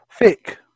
Thick